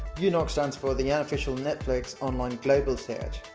you know stands for the unofficial netflix online global search.